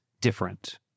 different